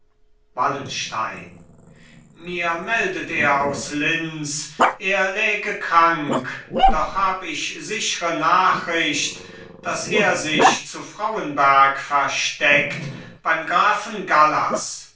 wallenstein mir meldet er aus linz er läge krank doch hab ich sichre nachricht daß er sich zu frauenberg versteckt beim grafen gallas